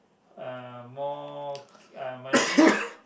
uh more uh money